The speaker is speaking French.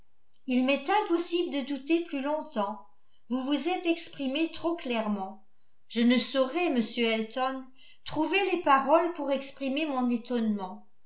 il m'est impossible de douter plus longtemps vous vous êtes exprimé trop clairement je ne saurais monsieur elton trouver les paroles pour exprimer mon étonnement